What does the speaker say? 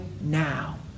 now